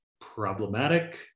problematic